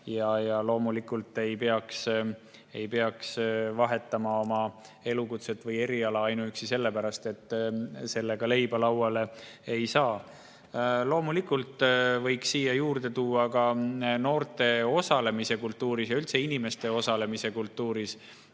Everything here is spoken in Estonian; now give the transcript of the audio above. erialaga ega peaks vahetama oma elukutset või eriala ainuüksi sellepärast, et sellega leiba lauale ei too. Loomulikult võiks välja tuua ka noorte osalemise kultuuris ja üldse inimeste osalemise kultuuris.